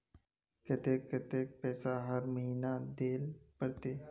केते कतेक पैसा हर महीना देल पड़ते?